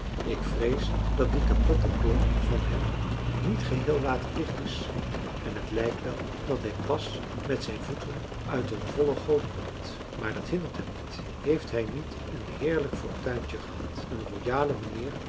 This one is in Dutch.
ik vrees dat die kapotte klomp van hem niet geheel waterdicht is en het lijkt wel dat hij pas met zijn voeten uit een volle goot komt maar dat hindert hem niet heeft hij niet een heerlijk fortuintje gehad een royale mijnheer